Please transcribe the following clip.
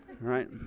right